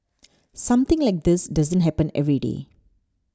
something like this doesn't happen every day